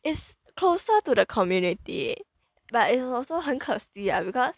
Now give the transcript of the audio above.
is closer to the community but it's also 很可惜 ah because